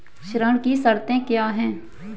ऋण की शर्तें क्या हैं?